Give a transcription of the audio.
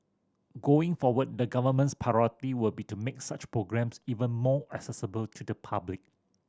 going forward the Government's priority will be to make such programmes even more accessible to the public